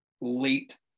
late